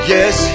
Yes